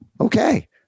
Okay